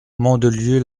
mandelieu